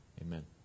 Amen